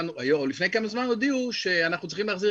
ולפני כמה זמן הודיעו לנו שאנחנו צריכים להחזיר